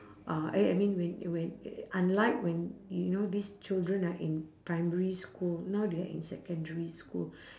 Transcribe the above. uh I I mean when when unlike when you know these children are in primary school now they're in secondary school